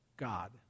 God